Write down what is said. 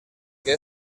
que